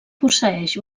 posseeix